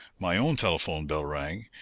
my own telephone bell rang,